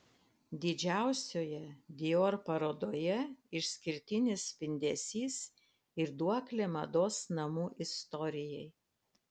didžiausioje dior parodoje išskirtinis spindesys ir duoklė mados namų istorijai